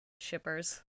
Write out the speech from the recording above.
shippers